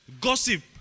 gossip